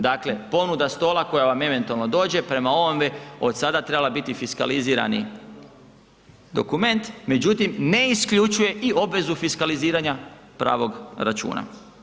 Dakle, ponuda stola koja vam eventualno dođe, prema ovome, od sada trebala biti fiskalizirani dokument, međutim, ne isključuje i obvezu fiskaliziranja pravog računa.